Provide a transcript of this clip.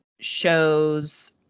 shows